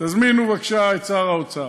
תזמינו בבקשה את שר האוצר,